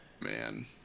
man